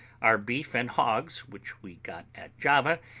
our beef and hogs, which we got at java,